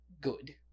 good